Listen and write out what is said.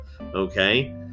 okay